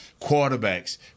quarterbacks